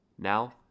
now